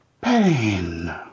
pain